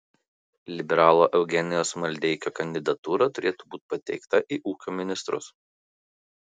liberalo eugenijaus maldeikio kandidatūra turėtų būti pateikta į ūkio ministrus